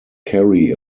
carey